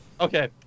Okay